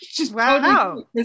Wow